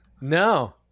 No